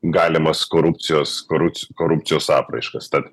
galimas korupcijos korupc korupcijos apraiškas tad